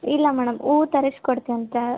ಇಲ್ಲ ಮೇಡಮ್ ಹೂವು ತರಿಸಿ ಕೊಡ್ತೀವಂತೆ